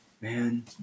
Man